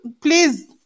Please